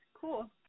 cool